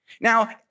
Now